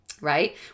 right